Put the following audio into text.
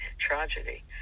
tragedy